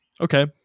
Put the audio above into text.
Okay